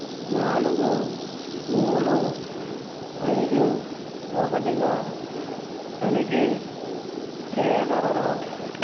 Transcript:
నాలుగు మూడు ఐదు ఒకటిగా తనిఖీ చేయగలరా